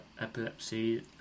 epilepsy